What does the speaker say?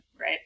right